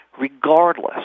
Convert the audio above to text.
regardless